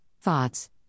thoughts